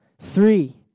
three